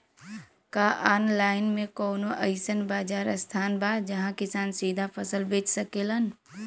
का आनलाइन मे कौनो अइसन बाजार स्थान बा जहाँ किसान सीधा फसल बेच सकेलन?